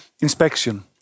inspection